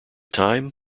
time